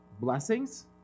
blessings